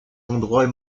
endroits